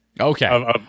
Okay